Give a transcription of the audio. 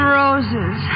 roses